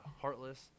heartless